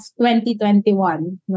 2021